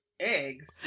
Eggs